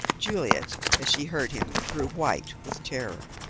juliet, as she heard him, grew white with terror.